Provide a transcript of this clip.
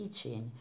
teaching